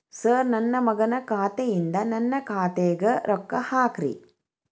sir ನನ್ನ ಮಗನ ಖಾತೆ ಯಿಂದ ನನ್ನ ಖಾತೆಗ ರೊಕ್ಕಾ ಹಾಕ್ರಿ